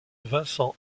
vincent